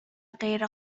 غیر